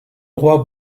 roi